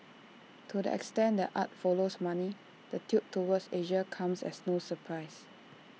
to the extent that art follows money the tilt toward Asia comes as no surprise